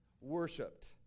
worshipped